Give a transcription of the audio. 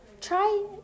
Try